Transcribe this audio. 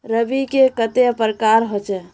रवि के कते प्रकार होचे?